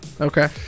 Okay